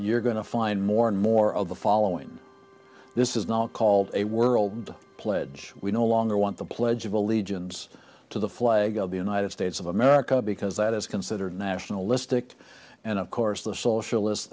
you're going to find more and more of the following this is now called a world pledge we no longer want the pledge of allegiance to the flag of the united states of america because that is considered nationalistic and of course the socialist